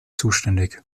zuständig